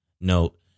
note